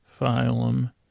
phylum